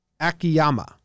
Akiyama